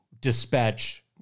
dispatch